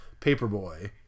Paperboy